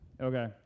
Okay